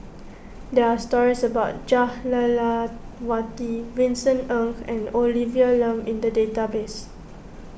there are stories about Jah Lelawati Vincent Ng and Olivia Lum in the database